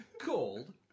called